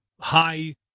high